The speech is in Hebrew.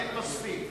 אין מספיק.